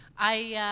i, ah,